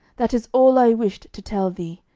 that is all i wished to tell thee,